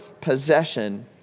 possession